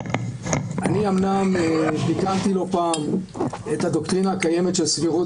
אני אומנם ביקרתי לא פעם את הדוקטרינה הקיימת של סבירות